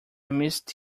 missed